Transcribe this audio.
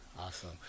Awesome